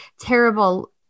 terrible